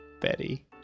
Betty